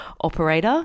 operator